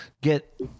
get